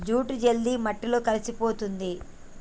jute జల్ది మట్టిలో కలిసిపోతుంది